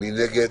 מי נגד?